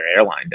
airline